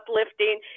uplifting